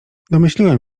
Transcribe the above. domyśliłem